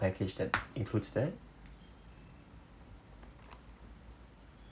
package that includes that